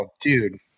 dude